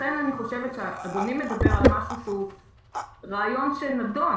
ולכן אני חושבת שאדוני מדבר על רעיון שנדון.